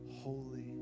holy